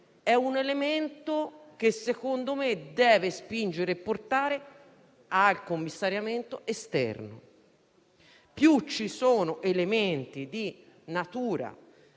È un elemento che, secondo me, deve spingere e portare al commissariamento esterno. Più ci sono elementi di natura,